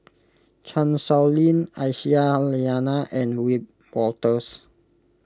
Chan Sow Lin Aisyah Lyana and Wiebe Wolters